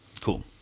Cool